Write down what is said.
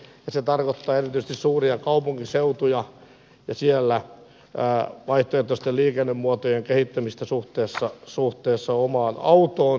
se tarkoittaa erityisesti suuria kaupunkiseutuja ja siellä vaihtoehtoisten liikennemuotojen kehittämistä suhteessa omaan autoon